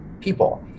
people